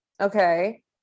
okay